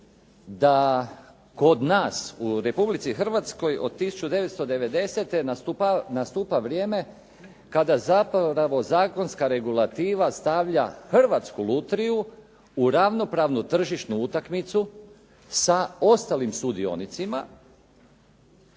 da kod nas u Republici Hrvatskoj od 1990. nastupa vrijeme kada zapravo zakonska regulativa stavlja hrvatsku lutriju u ravnopravnu tržišnu utakmicu sa ostalim sudionicima,